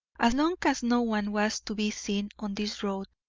as long as no one was to be seen on this road,